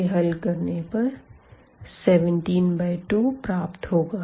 इसे हल करने पर 172 प्राप्त होगा